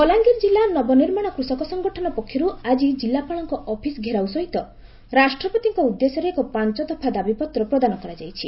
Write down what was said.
ଘେରାଉ ବଲାଙ୍ଗିର ଜିଲ୍ଲା ନବନିର୍ମାଣ କୃଷକ ସଂଗଠନ ପକ୍ଷରୁ ଆଜି ଜିଲ୍ଲାପାଳଙ୍କ ଅପିସ୍ ଘେରାଉ ସହିତ ରାଷ୍ଟ୍ରପତିଙ୍କ ଉଦ୍ଦେଶ୍ୟରେ ଏକ ପାଞ୍ଚଦଫା ଦାବିପତ୍ର ପ୍ରଦାନ କରାଯାଇଛି